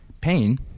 pain